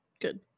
good